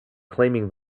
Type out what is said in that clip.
claiming